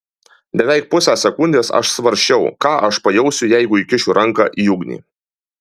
beveik pusę sekundės aš svarsčiau ką aš pajausiu jei įkišiu ranką į ugnį